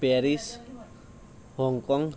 Paris Hong Kong